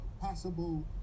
possible